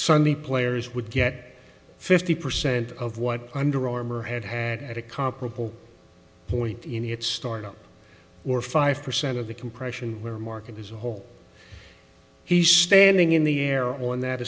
sunny players would get fifty percent of what under armor had had at a comparable point in its startup or five percent of the compression their market as a whole he's standing in the air on that